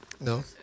No